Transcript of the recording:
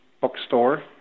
bookstore